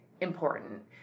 important